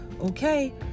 Okay